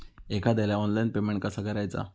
एखाद्याला online payment कसा करायचा?